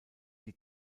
die